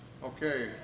Okay